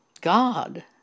God